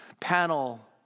panel